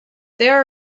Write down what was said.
there